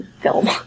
film